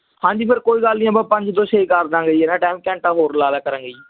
ਹਾਂਜੀ ਫਿਰ ਕੋਈ ਗੱਲ ਨਹੀਂ ਆਪਾਂ ਪੰਜ ਤੋਂ ਛੇ ਕਰ ਦਾਂਗੇ ਜੀ ਇਹਦਾ ਟਾਇਮ ਘੰਟਾ ਹੋਰ ਲਾ ਲਿਆ ਕਰਾਂਗੇ ਜੀ